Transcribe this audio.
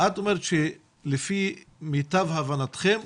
את אומרת שלפי מיטב הבנתכם,